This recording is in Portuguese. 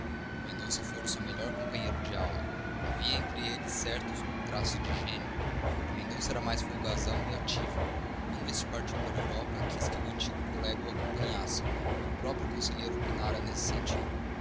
mendonça fora o seu melhor companheiro de aula havia entre eles certos contrastes de gênio o de mendonça era mais folgazão e ativo quando este partiu para a europa quis que o antigo colega o acompanhasse e o próprio conselheiro opinara nesse sentido